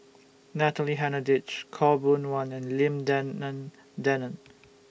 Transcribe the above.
Natalie Hennedige Khaw Boon Wan and Lim Denan Denon